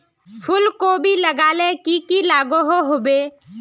फूलकोबी लगाले की की लागोहो होबे?